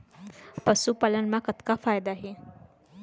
पशुपालन मा कतना फायदा हे?